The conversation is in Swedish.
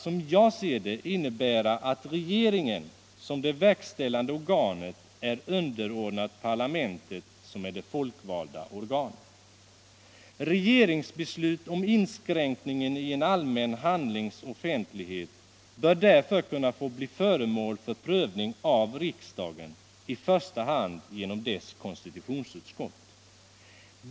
som jag ser det, innebära att regeringen, som det verkställande organet, är underordnad parlamentet, som är det folkvalda organet. Regeringsbeslut om inskränkningen i en allmän handlings offent lighet bör därför kunna få bli föremål för prövning av riksdagen, i första hand genom dess konstitutionsutskott.